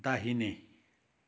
दाहिने